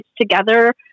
together